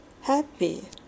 happy